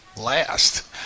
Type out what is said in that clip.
last